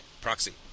proxy